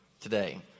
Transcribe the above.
today